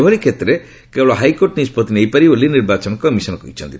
ଏଭଳି କ୍ଷେତ୍ରରେ କେବଳ ହାଇକୋର୍ଟ ନିଷ୍ପଭି ନେଇପାରିବେ ବୋଲି ନିର୍ବାଚନ କମିଶନ୍ କହିଚ୍ଚନ୍ତି